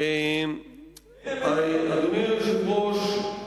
אין אמת בדבריך.